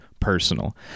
personal